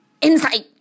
insight